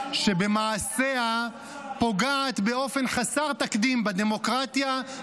שבמעשיה פוגעת באופן חסר תקדים בדמוקרטיה,